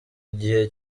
igihe